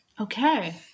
Okay